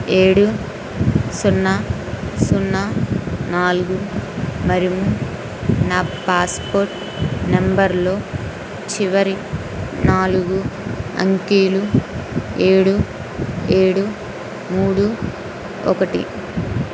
ఏడు సున్నా సున్నా నాలుగు మరియు నా పాస్పోర్ట్ నంబర్లో చివరి నాలుగు అంకెలు ఏడు ఏడు మూడు ఒకటి